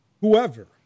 whoever